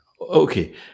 okay